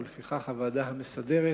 ולפיכך הסמיכה הוועדה המסדרת